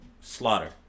Slaughter